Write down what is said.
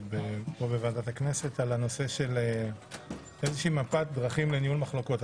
בוועדת הכנסת על הנושא של מפת דרכים לניהול מחלוקות.